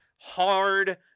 hard